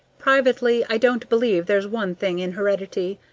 privately, i don't believe there's one thing in heredity,